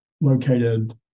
located